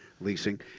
leasing